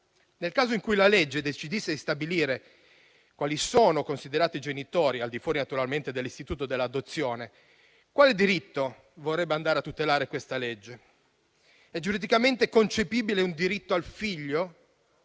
Nel caso in cui la legge decidesse di stabilire quali sono considerati i genitori, al di fuori, naturalmente, dell'istituto dell'adozione, quale diritto vorrebbe tutelare questa legge? È giuridicamente concepibile un diritto al figlio?